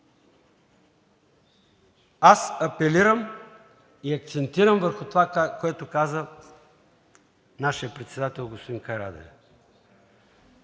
Аз апелирам и акцентирам върху това, което каза нашият председател господин Карадайъ